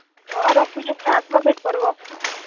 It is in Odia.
ହଉ ରଖୁଛି ଯେଉଁ ଦିନ ଆସିବ ଭେଟ ପଡ଼ିବ